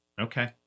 Okay